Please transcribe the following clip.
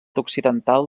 occidental